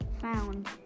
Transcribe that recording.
found